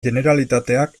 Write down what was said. generalitateak